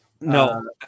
No